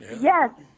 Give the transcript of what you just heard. Yes